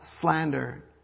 slander